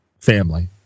family